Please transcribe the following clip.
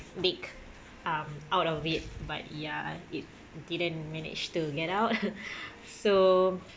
leg um out of it but ya it didn't manage to get out so